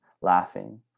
laughing